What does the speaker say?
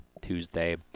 Tuesday